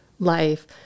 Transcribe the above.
Life